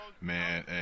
man